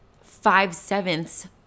five-sevenths